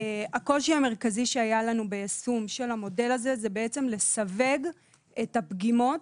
הקושי המרכזי שהיה לנו ביישום של המודל הזה זה לסווג את הפגימות,